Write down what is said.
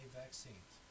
vaccines